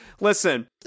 listen